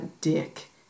dick